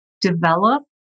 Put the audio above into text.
develop